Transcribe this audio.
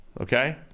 okay